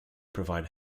provide